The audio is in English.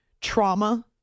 Trauma